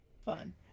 Fun